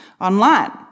online